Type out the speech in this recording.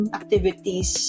activities